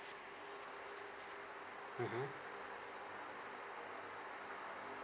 mmhmm